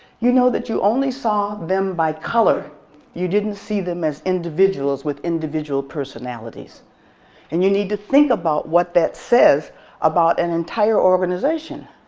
you know that you only saw them by color you didn't see them as individuals with individual personalities and you need to think about what that say about an entire organization.